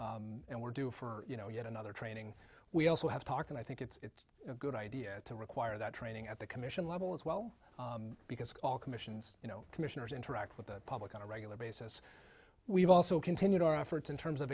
training and we're due for yet another training we also have talked and i think it's a good idea to require that training at the commission level as well because all commissions you know commissioners interact with the public on a regular basis we've also continued our efforts in terms of